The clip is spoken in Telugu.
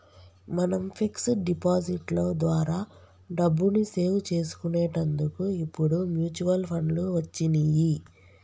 మనం ఫిక్స్ డిపాజిట్ లో ద్వారా డబ్బుని సేవ్ చేసుకునేటందుకు ఇప్పుడు మ్యూచువల్ ఫండ్లు వచ్చినియ్యి